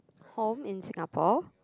home in Singapore